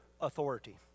authority